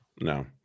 No